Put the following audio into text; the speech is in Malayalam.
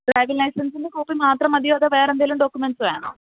ഡ്രൈവിങ് ലൈസന്സിന്റെ കോപ്പി മാത്രം മതിയോ അതോ വേറെന്തേലും ഡോക്കുമെന്റ്സ്സ് വേണോ